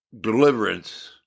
deliverance